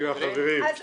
חברים.